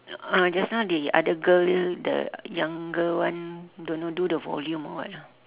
uh just now the other girl the younger one don't know do the volume or what ah